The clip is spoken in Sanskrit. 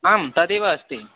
आं तदेव अस्ति